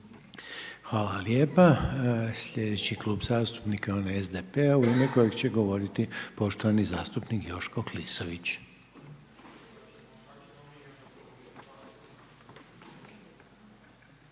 Hvala. Sljedeći Klub zastupnika je onaj SDSS-a u ime kojeg će govoriti poštovani zastupnik Milorad Pupovac.